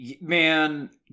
man